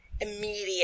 immediate